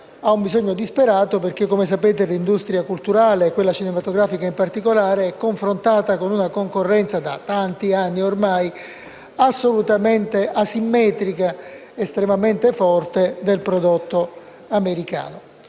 ha un bisogno disperato perché - come sapete -l'industria culturale, e quella cinematografica in particolare, è confrontata con una concorrenza da tanti anni ormai assolutamente asimmetrica ed estremamente forte del prodotto americano.